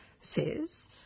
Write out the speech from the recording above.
says